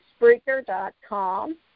Spreaker.com